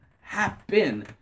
happen